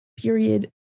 Period